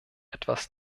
etwas